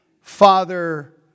Father